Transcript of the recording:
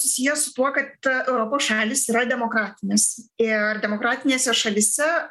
susiję su tuo kad europos šalys yra demokratinės ir demokratinėse šalyse